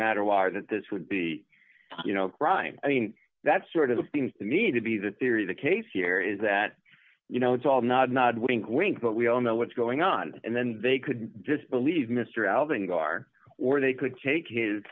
wired that this would be you know a crime i mean that sort of seems to me to be the theory of the case here is that you know it's all nod nod wink wink but we all know what's going on and then they could just believe mr elving are or they could take his